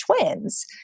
twins